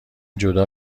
جدا